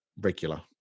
regular